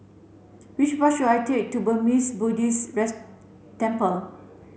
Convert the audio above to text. which bus should I take to Burmese Buddhist Temple